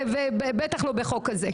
ובטח לא בחוק כזה.